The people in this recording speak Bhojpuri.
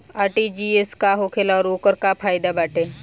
आर.टी.जी.एस का होखेला और ओकर का फाइदा बाटे?